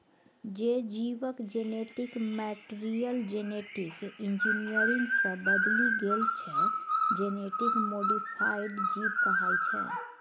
जे जीबक genetic material genetic engineering सँ बदलि गेल छै जेनेटिक मोडीफाइड जीब कहाइ छै